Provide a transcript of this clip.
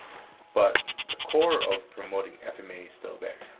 but the core of promoting fma still there.